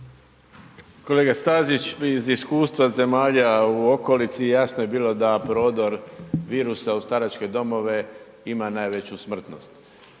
Kolega Stazić, iz iskustva zemalja u okolici jasno je bilo da prodor virusa u staračke domove ima najveću smrtnost,